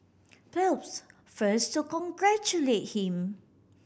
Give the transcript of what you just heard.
Phelps first to congratulate him